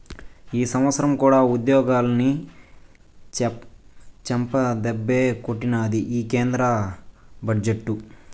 ఈ సంవత్సరం కూడా ఉద్యోగులని చెంపదెబ్బే కొట్టినాది ఈ కేంద్ర బడ్జెట్టు